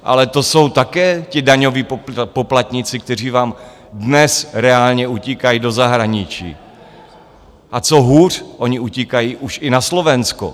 Ale to jsou také ti daňoví poplatníci, kteří vám dnes reálně utíkají do zahraničí, a co hůř, oni utíkají už i na Slovensko.